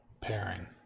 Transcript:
pairing